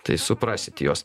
tai suprasit juos